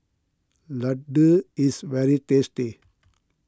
Laddu is very tasty